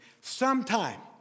Sometime